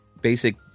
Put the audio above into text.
basic